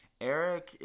Eric